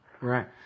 Right